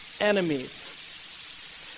enemies